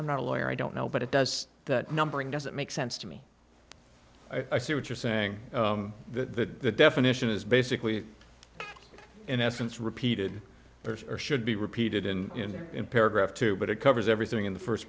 i'm not a lawyer i don't know but it does that numbering doesn't make sense to me i see what you're saying that definition is basically in essence repeated or should be repeated in in paragraph two but it covers everything in the